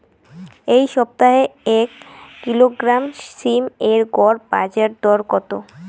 এই সপ্তাহে এক কিলোগ্রাম সীম এর গড় বাজার দর কত?